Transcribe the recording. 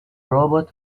robot